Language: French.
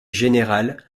générale